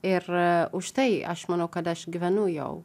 ir užtai aš manau kad aš gyvenu jau